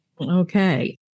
Okay